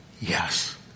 Yes